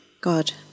God